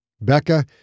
Becca